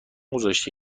گذاشته